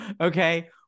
Okay